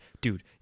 dude